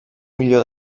milió